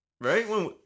Right